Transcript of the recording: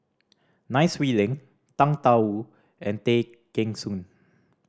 Nai Swee Leng Tang Da Wu and Tay Kheng Soon